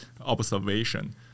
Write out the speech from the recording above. observation